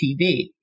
TV